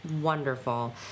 wonderful